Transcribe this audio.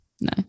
no